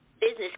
business